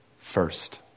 first